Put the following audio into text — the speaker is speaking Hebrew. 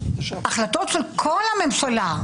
החלטות של כל הממשלה.